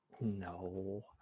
No